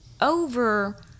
over